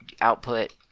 output